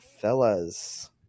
Fellas